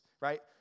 right